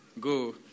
go